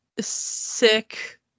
sick